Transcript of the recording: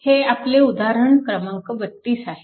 हे आपले उदाहरण क्र 32 आहे